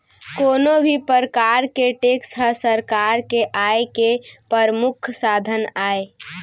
कोनो भी परकार के टेक्स ह सरकार के आय के परमुख साधन आय